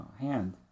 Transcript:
hand